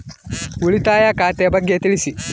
ಉಳಿತಾಯ ಖಾತೆ ಬಗ್ಗೆ ತಿಳಿಸಿ?